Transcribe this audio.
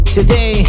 Today